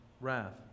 wrath